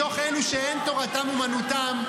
מתוך אלו שאין תורתם אומנותם,